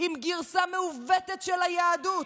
עם גרסה מעוותת של היהדות.